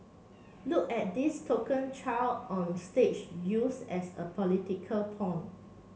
look at this token child on stage used as a political pawn